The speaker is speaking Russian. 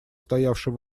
стоявший